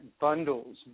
bundles